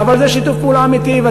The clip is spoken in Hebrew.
אבל זה שיתוף פעולה אמיתי.